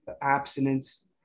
abstinence